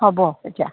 হ'ব এতিয়া